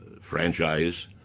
franchise